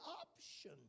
option